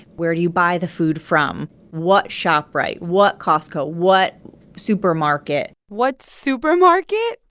where do you buy the food from? what shoprite? what costco? what supermarket? what supermarket?